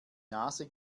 nase